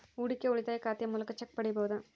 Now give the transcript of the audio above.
ಹೂಡಿಕೆಯ ಉಳಿತಾಯ ಖಾತೆಯ ಮೂಲಕ ಚೆಕ್ ಪಡೆಯಬಹುದಾ?